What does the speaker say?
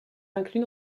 inclus